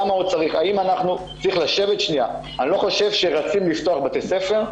אני לא חושב שרצים לפתוח בתי ספר,